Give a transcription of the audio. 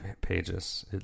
pages